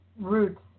roots